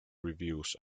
reviews